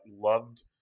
loved